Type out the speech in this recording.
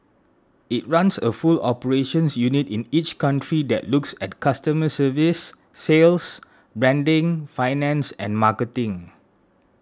it runs a full operations unit in each country that looks at customer service sales branding finance and marketing